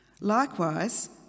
Likewise